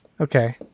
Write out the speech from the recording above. Okay